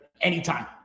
anytime